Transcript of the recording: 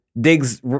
digs